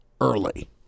early